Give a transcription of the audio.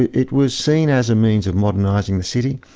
it was seen as a means of modernising the city.